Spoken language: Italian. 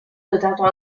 dotato